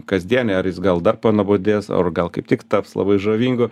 kasdienį ar jis gal dar panuobodės o gal kaip tik taps labai žavingu